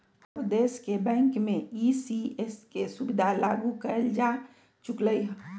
सब देश के बैंक में ई.सी.एस के सुविधा लागू कएल जा चुकलई ह